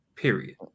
period